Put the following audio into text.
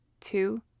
two